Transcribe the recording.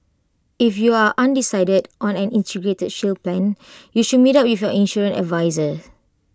if you are undecided on an integrated shield plan you should meet up with your insurance adviser